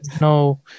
no